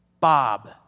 Bob